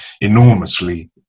enormously